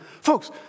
Folks